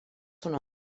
són